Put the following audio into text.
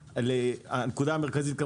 הנקודה המרכזית היא